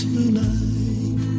Tonight